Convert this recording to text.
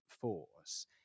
force